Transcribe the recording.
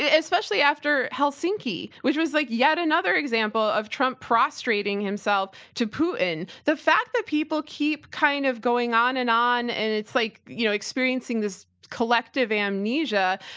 ah especially after helsinki, which was like yet another example of trump prostrating himself to putin. the fact that people keep kind of going on and on and it's like, you know, experiencing this collective amnesia,